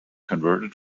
converted